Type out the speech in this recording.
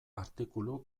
artikulu